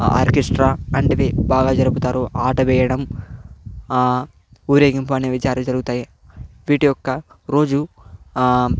orchestra అంటివి బాగా జరుపుతారు ఆట వేయడం ఊరేగింపు అనే విచారణ జరుగుతాయి వీటి యొక్క రోజు